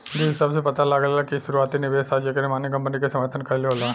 बीज शब्द से पता लागेला कि इ शुरुआती निवेश ह जेकर माने कंपनी के समर्थन कईल होला